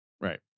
Right